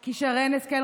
כי שרן השכל,